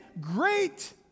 great